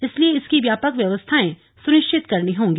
इसलिए इसकी व्यापक व्यवस्थायें सुनिश्चित करनी होंगी